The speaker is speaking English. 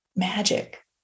magic